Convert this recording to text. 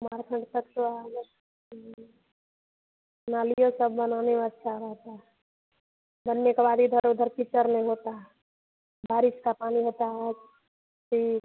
मारखंड तक ताे आ गए नालियो सब बनाने में अच्छा रहता है बनने के बाद इधर उधर कीचड़ नहीं होता है बारिश का पानी होता है ठीक